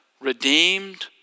redeemed